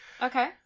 Okay